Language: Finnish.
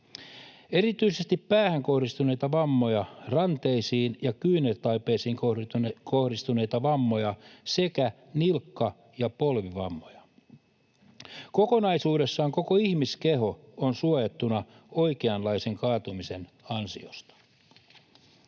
erityisesti päähän kohdistuneita vammoja, ranteisiin ja kyynärtaipeisiin kohdistuneita vammoja sekä nilkka- ja polvivammoja. Kokonaisuudessaan koko ihmiskeho on suojattuna oikeanlaisen kaatumisen ansiosta.